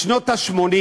בשנות ה-80